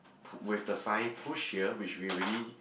put with the sign push here which will really